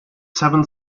seven